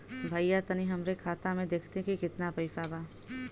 भईया तनि हमरे खाता में देखती की कितना पइसा बा?